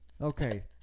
Okay